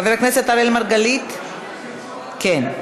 חבר הכנסת אראל מרגלית, כן.